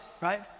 right